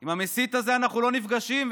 עם המסית הזה אנחנו לא נפגשים,